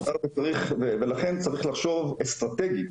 ולכן צריך לחשוב אסטרטגית,